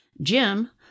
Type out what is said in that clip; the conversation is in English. Jim